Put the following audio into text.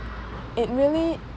it really